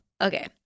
Okay